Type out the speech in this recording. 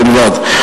בלבד,